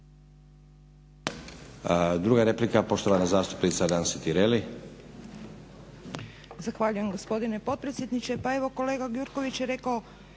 Druga replika, poštovana zastupnica Nansi Tireli.